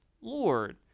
Lord